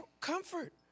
comfort